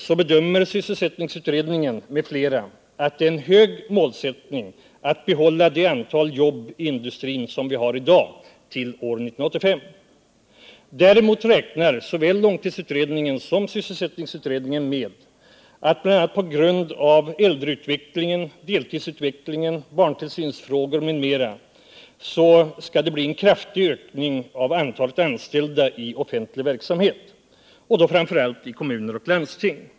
Sysselsättningsutredningen m.fl. bedömer det som en hög målsättning att behålla det antal jobb i industrin som vi har i dag till 1985. Däremot räknar såväl långtidsutredningen som sysselsättningsutredningen med att på grund av äldreutvecklingen, deltidsutvecklingen, barntillsynsutbyggnaden m.m. skall det bli en kraftig ökning av antalet anställda i offentlig verksamhet, framför allt i kommuner och landsting.